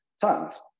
Tons